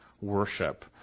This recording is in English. worship